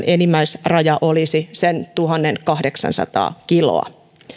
enimmäisraja olisi tuhatkahdeksansataa kiloa